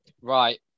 Right